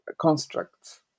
constructs